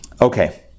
Okay